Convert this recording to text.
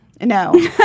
No